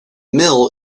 mill